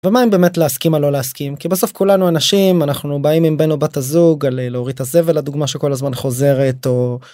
מה אם באמת להסכים או לא להסכים כי בסוף כולנו אנשים אנחנו באים עם בן או בת הזוג על להוריד את הזבל הדוגמה שכל הזמן חוזרת.